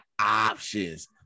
Options